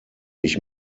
ich